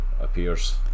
appears